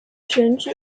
选举